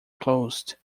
closed